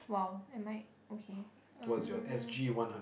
!wow! am I okay um